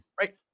right